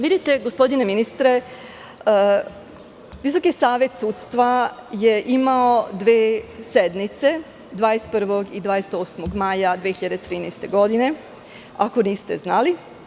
Vidite gospodine ministre, Visoki savet sudstva je imao dve sednice, 21. i 28. maja 2013. godine, ako niste znali.